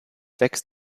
wächst